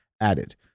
added